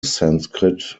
sanskrit